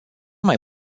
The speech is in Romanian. mai